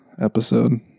episode